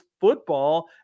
football